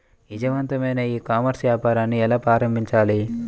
విజయవంతమైన e commerce వ్యాపారాన్ని ఎలా ప్రారంభించాలి?